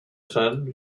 said